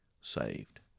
saved